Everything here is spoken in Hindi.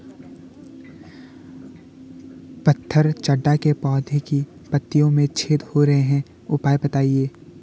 पत्थर चट्टा के पौधें की पत्तियों में छेद हो रहे हैं उपाय बताएं?